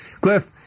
cliff